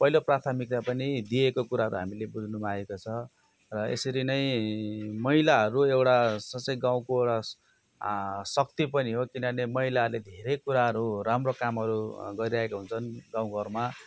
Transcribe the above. पहिलो प्राथिमकता पनि दिइएको कुराहरू हामीले बुझ्नमा आएको छ र यसरी नै महिलाहरू एउटा खासै गाउँको शक्ति पनि हो किनभने महिलाहरूले धेरै कुराहरू राम्रो कामहरू गरिरहेका हुन्छन् गाउँघरमा